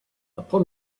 upon